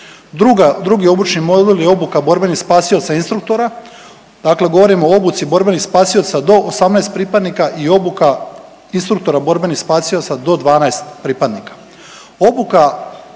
Drugi obučni model je obuka borbenih spasioca instruktora. Dakle, govorimo o obuci borbenih spasioca do 18 pripadnika i obuka instruktora borbenih spasioca do 12 pripadnika.